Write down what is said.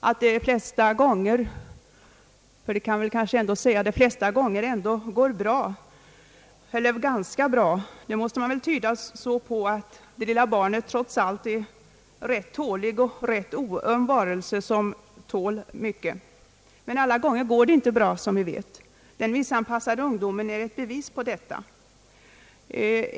Att det de flesta gånger går bra, eller ganska bra, måste väl tyda på att det lilla barnet trots allt är en rätt tålig, oöm varelse. Men som vi vet går det inte alltid bra. Den missanpassade ungdomen är ett bevis på detta.